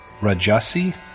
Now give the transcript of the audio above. rajasi